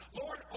Lord